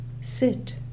Sit